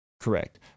Correct